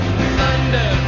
Thunder